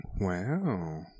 Wow